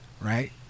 Right